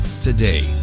today